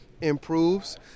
improves